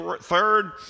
Third